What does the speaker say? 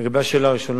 לגבי השאלה הראשונה,